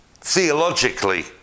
theologically